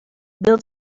bill